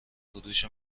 فروش